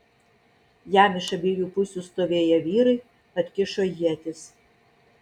jam iš abiejų pusių stovėję vyrai atkišo ietis